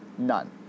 None